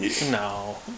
No